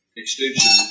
extension